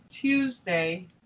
Tuesday